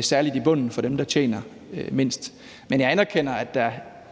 særlig i bunden for dem, der tjener mindst. Men jeg anerkender, at der